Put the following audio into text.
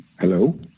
hello